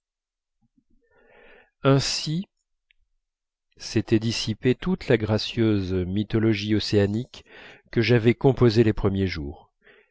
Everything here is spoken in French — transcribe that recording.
ainsi s'était dissipée toute la gracieuse mythologie océanique que j'avais composée les premiers jours